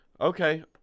Okay